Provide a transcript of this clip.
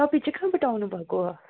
तपाईँ चाहिँ कहाँबाट आउनु भएको